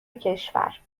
کشور